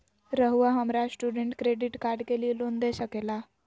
रहुआ हमरा student credit card के लिए लोन दे सके ला?